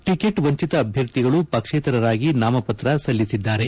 ticket ವಂಚಿತ ಅಭ್ಯರ್ಥಿಗಳು ಪಕ್ಷೇತರರಾಗಿ ನಾಮಪತ್ರ ಸಲ್ಲಿಸಿದ್ದಾರೆ